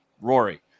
Rory